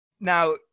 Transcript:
Now